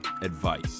advice